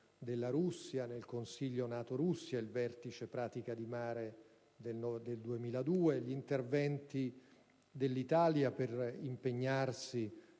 della Russia nel Consiglio NATO-Russia, il Vertice di Pratica di Mare del 2002, gli interventi dell'Italia per impegnarsi